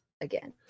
again